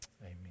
Amen